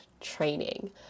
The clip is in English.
training